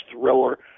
thriller